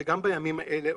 וגם בימים האלה,